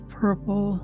purple